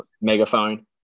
Megaphone